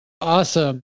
Awesome